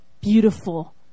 beautiful